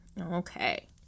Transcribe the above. Okay